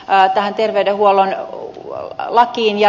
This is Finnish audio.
päätän terveydenhuollon yo lakkiin ja